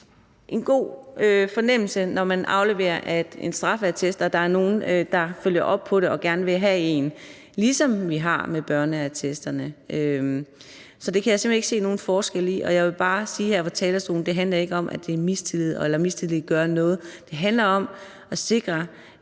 det giver en god fornemmelse, når man afleverer en straffeattest og der er nogen, der følger op på det, og gerne vil have en – ligesom det er tilfældet med børneattesterne. Så det kan jeg simpelt hen ikke se nogen forskel på. Jeg vil bare sige her fra talerstolen, at det ikke handler om at mistænkeliggøre nogen; det handler om at sikre,